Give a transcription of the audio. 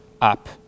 up